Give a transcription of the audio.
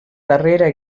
darrera